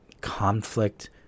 conflict